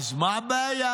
אז מה הבעיה?